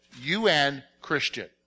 Un-Christian